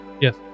Yes